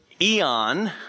Eon